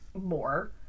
more